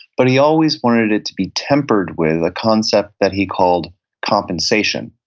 but he always wanted it to be tempered with a concept that he called compensation.